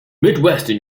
midwestern